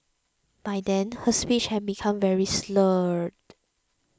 by then her speech had become very slurred